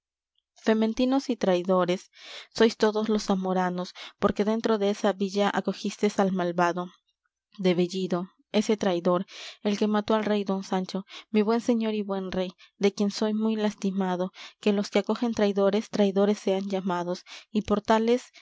fementidos y traidores sois todos los zamoranos porque dentro desa villa acogistes al malvado de bellido ese traidor el que mató al rey don sancho mi buen señor y buen rey de quien soy muy lastimado que los que acogen traidores traidores sean llamados y